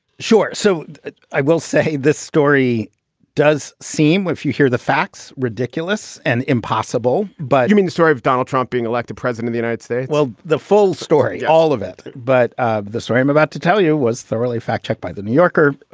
sure. so i will say this story does seem when you hear the facts, ridiculous and impossible. but you mean the story of donald trump being elected president, the united states? well, the full story. all of it. but the story i'm about to tell you was thoroughly fact checked by the new yorker.